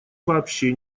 вообще